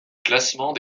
classement